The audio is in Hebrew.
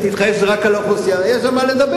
תתחייב שזה רק על האוכלוסייה, יש על מה לדבר.